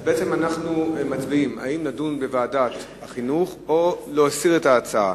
אז בעצם אנו מצביעים אם לדון בוועדת החינוך או להסיר את ההצעה.